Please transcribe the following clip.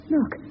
Look